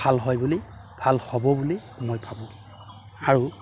ভাল হয় বুলি ভাল হ'ব বুলি মই ভাবোঁ আৰু